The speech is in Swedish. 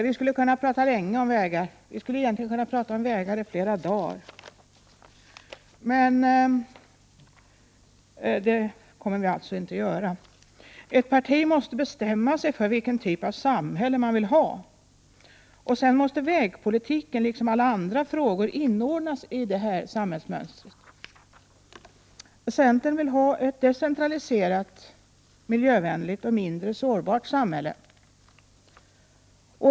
Vi skulle kunna prata om vägar länge, egentligen i flera dagar, men det kommer vi alltså inte att göra. Ett parti måste bestämma sig för vilken typ av samhälle man vill ha, och sen måste vägpolitiken liksom alla andra frågor inordnas i detta samhällsmönster. Centern vill ha ett decentraliserat, miljövänligt och mindre sårbart samhälle.